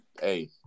hey